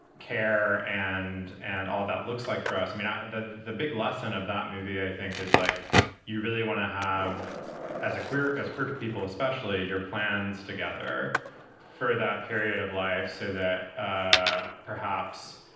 care and and all about looks like for us. i mean, the the big lesson of that movie i think is like you really want to have as a queer, as quick people, especially your plans together for that period of life, so that ah perhaps.